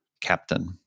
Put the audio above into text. captain